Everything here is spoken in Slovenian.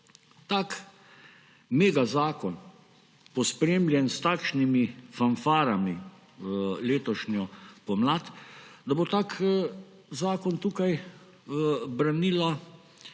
tak megazakon pospremljen s takšnimi fanfarami letošnjo pomlad, da bo tak zakon tukaj branila